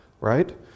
right